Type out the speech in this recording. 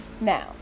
Now